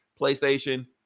PlayStation